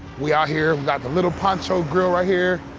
we out here, we got the little plancha grill right here.